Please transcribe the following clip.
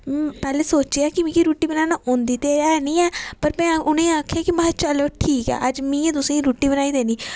पैह्लें सोचेआ मिगी रूट्टी बनाना औंदी ते ऐ निं ऐ पर में उ'नेंगी आखेआ कि चलो कोई गल्ल निं ऐ ठीक ऐ अज्ज में गै तुसेंगी रुट्टी बनाई देनी